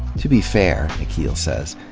to be fair, nikhil says,